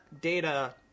data